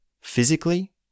physically